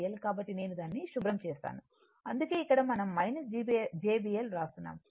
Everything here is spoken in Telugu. కాబట్టి నేను దానిని శుభ్రం చేస్తాను అందుకే ఇక్కడ మనం jBL వ్రాస్తున్నాము